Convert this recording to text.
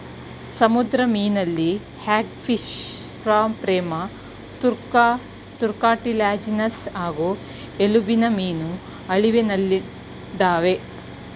ಸಮುದ್ರ ಮೀನಲ್ಲಿ ಹ್ಯಾಗ್ಫಿಶ್ಲ್ಯಾಂಪ್ರೇಮತ್ತುಕಾರ್ಟಿಲ್ಯಾಜಿನಸ್ ಹಾಗೂ ಎಲುಬಿನಮೀನು ಅಳಿವಿನಲ್ಲಿದಾವೆ